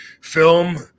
film